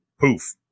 Poof